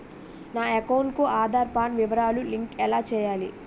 నా అకౌంట్ కు ఆధార్, పాన్ వివరాలు లంకె ఎలా చేయాలి?